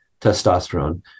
testosterone